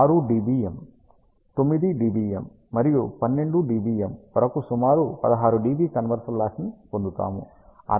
6 dBm 9 dBm వరకు 12 dBm వరకు సుమారు 16 dB కన్వర్షన్ లాస్ ని పొందుతాము